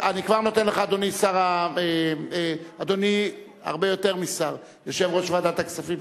חוב' מ/683).] אדוני יושב-ראש ועדת הכספים,